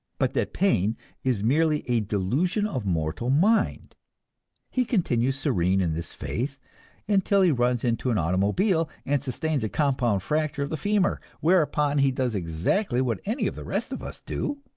but that pain is merely a delusion of mortal mind he continues serene in this faith until he runs into an automobile and sustains a compound fracture of the femur whereupon he does exactly what any of the rest of us do,